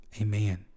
Amen